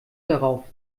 darauf